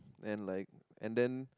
and like and then